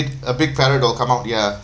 a big come out ya